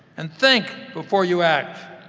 and think before you act.